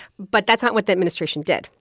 but that's not what the administration did.